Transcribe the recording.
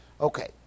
Okay